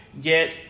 get